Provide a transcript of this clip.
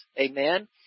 Amen